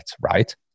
right